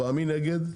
מי נגד?